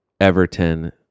Everton